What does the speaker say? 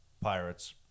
Pirates